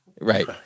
Right